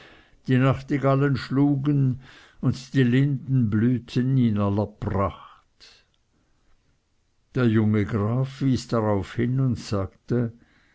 die nachtigallen schlugen und die linden blühten in aller pracht der junge graf wies darauf hin und sagte